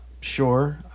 sure